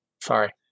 Sorry